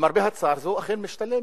למרבה הצער, היא אכן משתלמת.